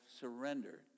surrender